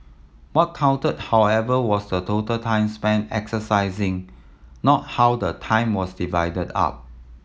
what counted however was the total time spent exercising not how the time was divided up